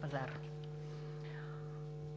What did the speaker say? пазар.